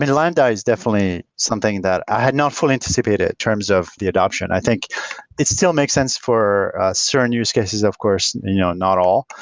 lambda is definitely something that i had not fully anticipated in terms of the adoption. i think it still makes sense for certain use cases, of course, no not all.